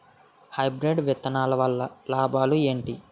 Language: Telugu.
హైబ్రిడ్ విత్తనాలు వల్ల లాభాలు ఏంటి?